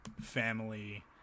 family